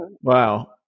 wow